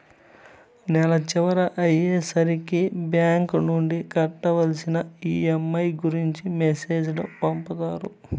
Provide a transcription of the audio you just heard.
నెల చివర అయ్యే సరికి బ్యాంక్ నుండి కట్టవలసిన ఈ.ఎం.ఐ గురించి మెసేజ్ లు పంపుతారు